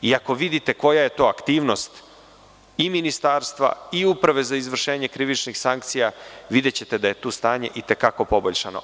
Ako vidite koja je to aktivnost i ministarstva, i Uprave za izvršenje krivičnih sankcija, videćete da je tu stanje i te kako poboljšano.